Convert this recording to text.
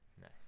Nice